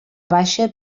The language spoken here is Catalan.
baixa